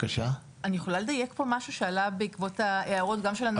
אני יכולה לדייק משהו שעלה בעקבות ההערות גם של הנהגת ההורים.